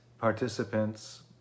participants